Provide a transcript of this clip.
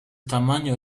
tamaño